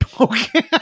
Okay